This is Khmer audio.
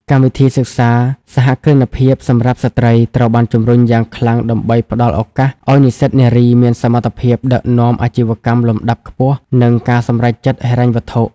កម្មវិធីសិក្សា "សហគ្រិនភាពសម្រាប់ស្ត្រី" ត្រូវបានជម្រុញយ៉ាងខ្លាំងដើម្បីផ្ដល់ឱកាសឱ្យនិស្សិតនារីមានសមត្ថភាពដឹកនាំអាជីវកម្មលំដាប់ខ្ពស់ និងការសម្រេចចិត្តហិរញ្ញវត្ថុ។